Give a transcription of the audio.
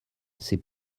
c’est